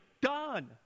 done